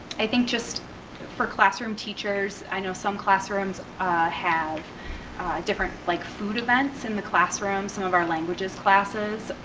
i think just for classroom teachers, i know some classrooms have different, like food events in the classroom, some of our languages classes.